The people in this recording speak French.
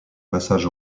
passage